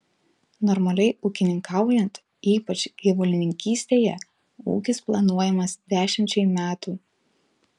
normaliai ūkininkaujant ypač gyvulininkystėje ūkis planuojamas dešimčiai metų